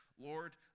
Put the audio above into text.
Lord